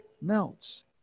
melts